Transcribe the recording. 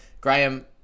Graham